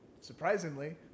surprisingly